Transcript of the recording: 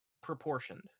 proportioned